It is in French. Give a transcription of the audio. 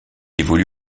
évolue